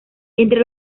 entre